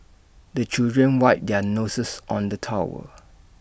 the children wipe their noses on the towel